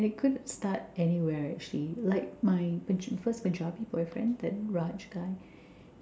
and it could start anywhere actually like my first punjabi boyfriend that Raj guy